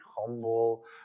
humble